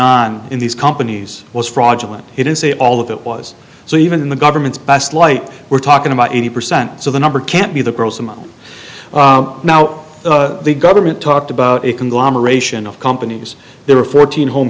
on in these companies was fraudulent it is say all of it was so even in the government's best light we're talking about eighty percent so the number can't be the pearls amount now the government talked about a conglomeration of companies there were fourteen home